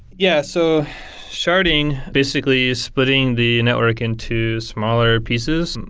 yes. so sharding basically is splitting the network into smaller pieces. and